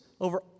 over